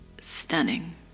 stunning